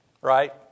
right